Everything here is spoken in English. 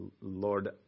Lord